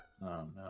no